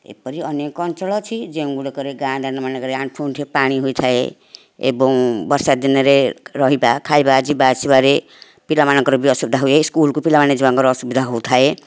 ଏପରି ଅନେକ ଅଞ୍ଚଳ ଅଛି ଯେଉଁ ଗୁଡ଼ିକରେ ଗାଁ ଦାଣ୍ଡ ମାନଙ୍କରେ ଆଣ୍ଠୁଏ ଆଣ୍ଠୁଏ ପାଣି ହୋଇଥାଏ ଏବଂ ବର୍ଷାଦିନରେ ରହିବା ଖାଇବା ଯିବା ଆସିବାରେ ପିଲାମାନଙ୍କର ବି ଅସୁବିଧା ହୁଏ ସ୍କୁଲକୁ ପିଲାମାନଙ୍କର ଯିବାରେ ଅସୁବିଧା ହେଉଥାଏ